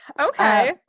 Okay